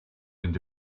into